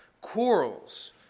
quarrels